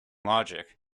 logic